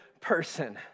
person